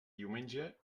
diumenge